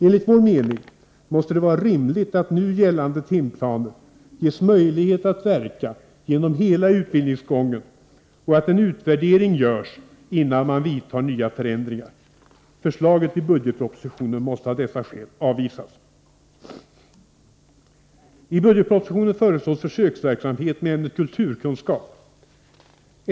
Enligt vår mening måste det vara rimligt att nu gällande timplaner ges möjlighet att verka genom hela utbildningsgången och att en utvärdering görs innan man vidtar nya förändringar. Förslaget i budgetpropositionen måste av dessa skäl avvisas. I budgetpropositionen föreslås försöksverksamhet med ämnet kulturkunskap.